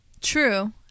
True